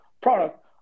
product